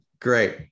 great